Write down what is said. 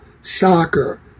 soccer